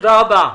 תודה רבה.